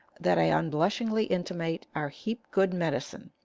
that i unbiushingly intimate are heap good medicine.